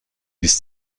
bis